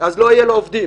אז לא יהיו לו עובדים,